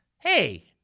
Hey